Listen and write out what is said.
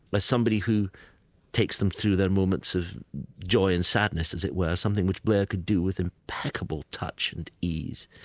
as somebody who takes them through their moments of joy and sadness, as it were, something which blair could do with impeccable touch and ease.